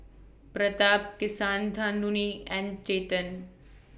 Pratap Kasinadhuni and Chetan